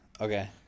okay